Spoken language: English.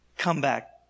comeback